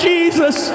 Jesus